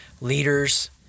leaders